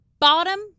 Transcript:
bottom